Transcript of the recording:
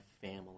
family